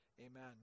Amen